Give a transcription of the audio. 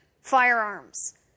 firearms